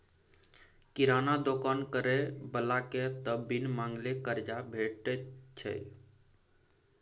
किराना दोकान करय बलाकेँ त बिन मांगले करजा भेटैत छै